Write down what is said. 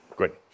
Good